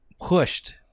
pushed